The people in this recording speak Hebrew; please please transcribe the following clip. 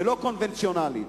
ולא קונבנציונלית.